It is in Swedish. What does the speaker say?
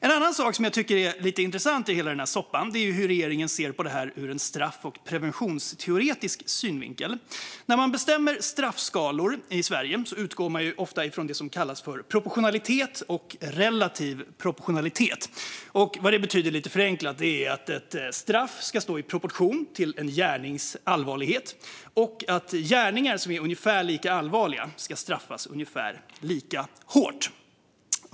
En annan sak som jag tycker är lite intressant i hela den här soppan är hur regeringen ser på detta ur en straff och preventionsteoretisk synvinkel. När man bestämmer straffskalor i Sverige utgår man ofta från det som kallas för proportionalitet och relativ proportionalitet. Lite förenklat betyder det att ett straff ska stå i proportion till en gärnings allvarlighet och att gärningar som är ungefär lika allvarliga ska straffas ungefär lika hårt.